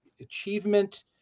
Achievement